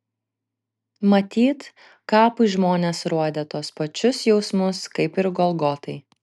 matyt kapui žmonės rodė tuos pačius jausmus kaip ir golgotai